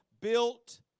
built